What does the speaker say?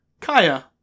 Kaya